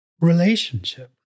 relationship